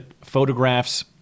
photographs